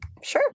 Sure